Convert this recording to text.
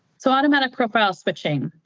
so automatic profile switching.